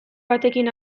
batekin